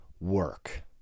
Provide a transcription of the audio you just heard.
work